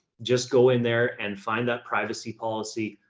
just go in there and find that privacy policy,